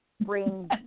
Bring